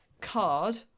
card